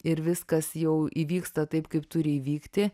ir viskas jau įvyksta taip kaip turi įvykti